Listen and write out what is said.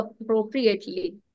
appropriately